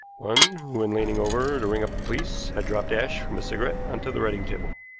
one who, in leaning over to ring up the police, had dropped ash from a cigarette on to the writing-table.